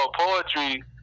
poetry